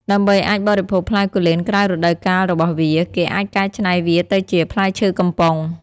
ដើម្បីអាចបរិភោគផ្លែគូលែនក្រៅរដូវកាលរបស់វា គេអាចកែច្នៃវាទៅជា ផ្លែឈើកំប៉ុង។